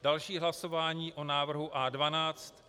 Další hlasování o návrhu A12.